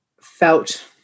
felt